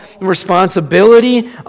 responsibility